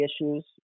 issues